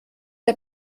der